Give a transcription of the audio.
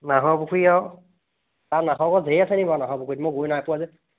নাহৰপুখুৰী আৰু তাত নাহৰ গছ ধেৰ আছে নেকি বাৰু নাহৰপুখুৰীত মই গৈ নাই পোৱা যে